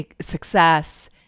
success